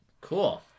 cool